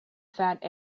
fat